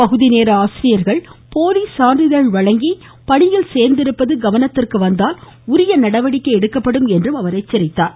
பகுதிநேர ஆசிரியர்கள் போலி சான்றிதழ் வழங்கி பணியில் சேர்ந்திருப்பது கவனத்திற்கு வந்தால் உரிய நடவடிக்கை எடுக்கப்படும் என்றும் அவர் எச்சரித்தார்